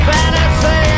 Fantasy